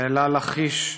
צאלה לכיש,